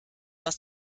was